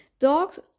Dogs